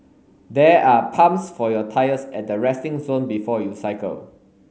there are pumps for your tyres at the resting zone before you cycle